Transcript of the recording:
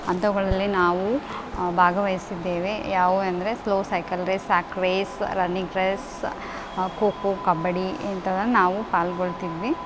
ಅಂಥವುಗಳಲ್ಲಿ ನಾವು ಭಾಗವಹಿಸಿದ್ದೇವೆ ಯಾವು ಎಂದರೆ slow cycle race sack race running race kho kho kabaddi ಇಂಥದನ್ನ ನಾವು ಪಾಲ್ಗೊಳ್ತಿದ್ವಿ